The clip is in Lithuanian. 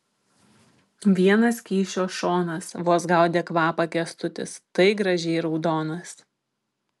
vienas kyšio šonas vos gaudė kvapą kęstutis tai gražiai raudonas